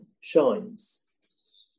shines